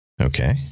Okay